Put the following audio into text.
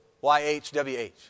Y-H-W-H